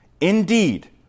Indeed